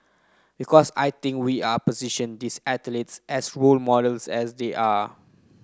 because I think we are position these athletes as role models as they are